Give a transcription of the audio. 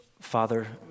Father